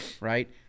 right